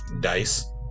dice